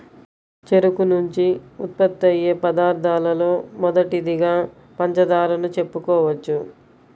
చెరుకు నుంచి ఉత్పత్తయ్యే పదార్థాలలో మొదటిదిగా పంచదారను చెప్పుకోవచ్చు